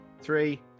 Three